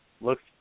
Looks